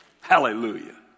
hallelujah